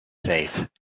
safe